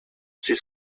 she